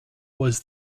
was